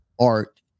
art